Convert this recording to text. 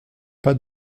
pas